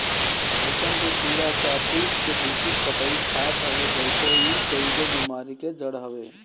रेशम के कीड़ा शहतूत के दूषित पतइ खात हवे जेसे इ कईगो बेमारी के जड़ हवे